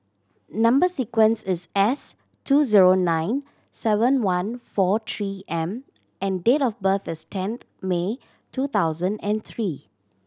number sequence is S two zero nine seven one four Three M and date of birth is tenth May two thousand and three